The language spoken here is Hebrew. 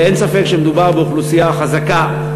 ואין ספק שמדובר באוכלוסייה חזקה,